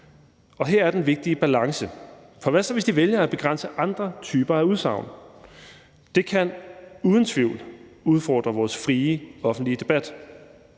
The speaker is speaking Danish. og her er den vigtige balance. For hvad så, hvis de vælger at begrænse andre typer af udsagn? Det kan uden tvivl udfordre vores frie offentlige debat.